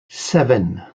seven